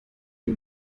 die